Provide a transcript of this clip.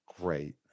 Great